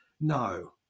no